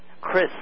Chris